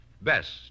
best